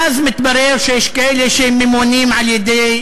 ואז מתברר שיש כאלה שממומנים על-ידי